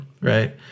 right